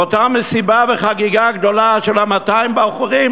אותה סיבה וחגיגה גדולה של 200 בחורים